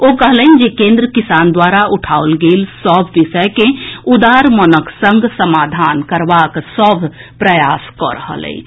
ओ कहलनि जे केंद्र किसान द्वारा उठाओल गेल सभ विषय के उदार मनक संग समाधान करबाक सभ प्रयास कऽ रहल अछि